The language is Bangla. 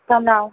তা নাও